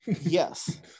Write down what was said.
Yes